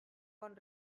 bon